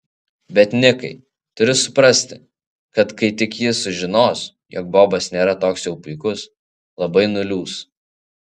bet nikai turi suprasti kad kai tik ji sužinos jog bobas nėra toks jau puikus labai nuliūs